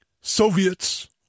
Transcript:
Soviets